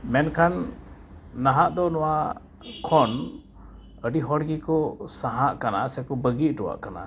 ᱢᱮᱱᱠᱷᱟᱱ ᱱᱟᱦᱟᱜ ᱫᱚ ᱱᱚᱣᱟ ᱠᱷᱚᱱ ᱟᱹᱰᱤ ᱦᱚᱲᱜᱮ ᱠᱚ ᱥᱟᱦᱟᱜ ᱠᱟᱱᱟ ᱥᱮᱠᱚ ᱵᱟᱹᱜᱤ ᱚᱴᱚᱣᱟᱜ ᱠᱟᱱᱟ